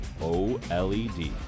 OLED